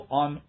on